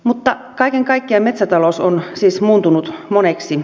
mutta kaiken kaikkiaan metsätalous on siis muuntunut moneksi